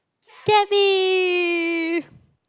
cabby